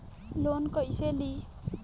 Loan कईसे ली?